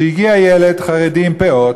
שהגיע ילד חרדי עם פאות,